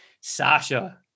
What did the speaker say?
Sasha